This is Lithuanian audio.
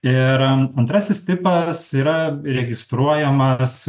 ir antrasis tipas yra registruojamas